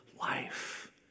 life